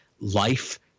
life